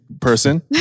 person